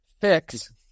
fix